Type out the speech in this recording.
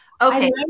okay